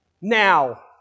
Now